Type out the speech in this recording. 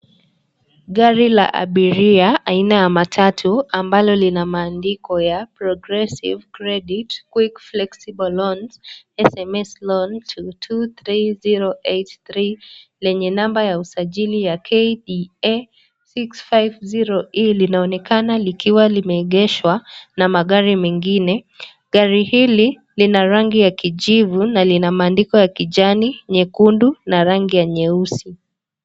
Gari la abiria aina ya matatu ambalo kina maandiko ya (CS) progressive credit quick flexible loans, SMS loan to 23083(CS), lenye namba ya usajili ya KDA 650E linaonekana likiwa limeegeshwa na magari mengine. Gari hili lina rangi ya kijivu na lina maandiko la kijani, nyekundu na rangi ya nyeusi.